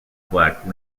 black